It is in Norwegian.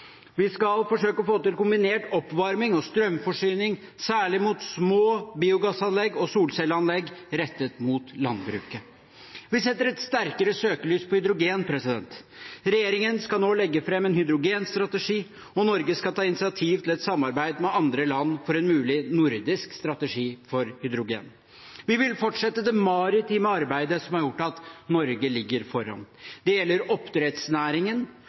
Vi skal forsøke å få til kombinert oppvarming og strømforsyning, særlig mot små biogassanlegg og solcelleanlegg rettet mot landbruket. Vi setter et sterkere søkelys på hydrogen. Regjeringen skal nå legge fram en hydrogenstrategi, og Norge skal ta initiativ til et samarbeid med andre land for en mulig nordisk strategi for hydrogen. Vi vil fortsette det maritime arbeidet som har gjort at Norge ligger foran. Det gjelder oppdrettsnæringen